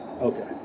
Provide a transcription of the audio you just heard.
Okay